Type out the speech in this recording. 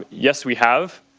um yes, we have.